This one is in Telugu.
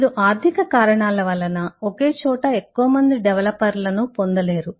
మీరు ఆర్థిక కారణాల వలన ఒకే చోట ఎక్కువ మంది డెవలపర్లను పొందలేరు